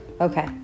okay